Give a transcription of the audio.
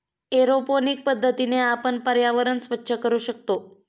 aeroponic पद्धतीने आपण पर्यावरण स्वच्छ करू शकतो